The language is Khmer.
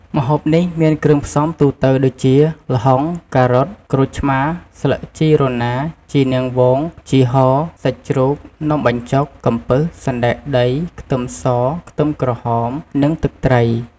ម្ហូបនេះមានគ្រឿងផ្សំទូទៅដូចជា ល្ហុង ការ៉ុត ក្រូចឆ្មា ស្លឹកជីរណា ជីនាងវង ជីហោរ សាច់ជ្រូក នំបញ្ចុក កំពឹស សណ្ដែកដី ខ្ទឹមស ខ្ទឹមក្រហម និងទឹកត្រី។